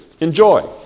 enjoy